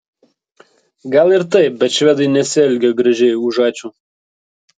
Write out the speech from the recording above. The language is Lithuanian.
gal ir taip bet švedai nesielgia gražiai už ačiū